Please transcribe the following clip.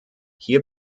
hier